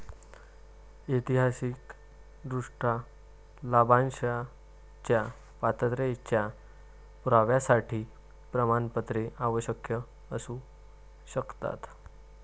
ऐतिहासिकदृष्ट्या, लाभांशाच्या पात्रतेच्या पुराव्यासाठी प्रमाणपत्रे आवश्यक असू शकतात